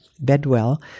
Bedwell